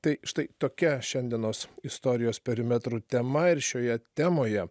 tai štai tokia šiandienos istorijos perimetrų tema ir šioje temoje